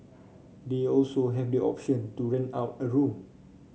they also have the option to rent out a room